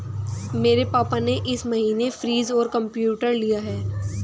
मेरे पापा ने इस महीने फ्रीज और कंप्यूटर लिया है